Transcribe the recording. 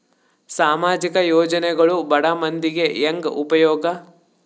ಸಾಮಾಜಿಕ ಯೋಜನೆಗಳು ಬಡ ಮಂದಿಗೆ ಹೆಂಗ್ ಉಪಯೋಗ?